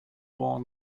born